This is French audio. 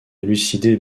élucider